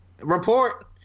Report